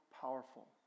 powerful